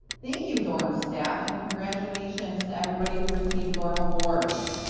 thank you dorm staff, and congratulations to everybody who received dorm awards.